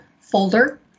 folder